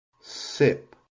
Sip